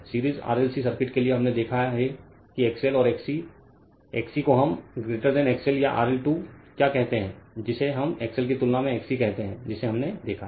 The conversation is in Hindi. सीरीज RLC सर्किट के लिए हमने देखा है कि XL और XC XC को हम XL या RL 2 क्या कहते हैं जिसे हम XL की तुलना में XC कहते हैं जिसे हमने देखा है